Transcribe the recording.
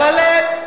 לא.